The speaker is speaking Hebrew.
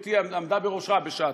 שגברתי עמדה בראשה בשעתו.